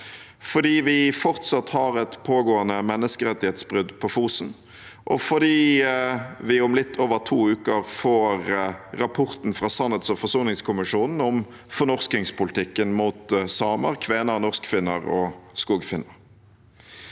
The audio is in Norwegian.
fordi vi fortsatt har et pågående menneskerettighetsbrudd på Fosen, og fordi vi om litt over to uker får rapporten fra sannhets- og forsoningskommisjonen om fornorskingspolitikken mot samer, kvener, norskfinner og skogfinner.